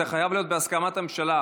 זה חייב להיות בהסכמת הממשלה,